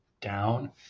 down